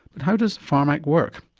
but how does pharmac work?